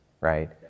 right